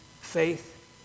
faith